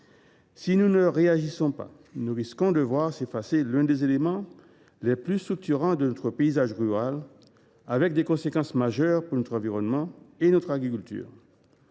Si nous ne réagissons pas, nous risquons de voir s’effacer l’un des éléments les plus structurants de notre paysage rural. Or la disparition des haies aurait des conséquences majeures pour notre environnement et notre agriculture.